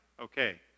Okay